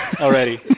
already